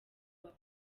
baba